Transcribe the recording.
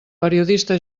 periodista